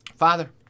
Father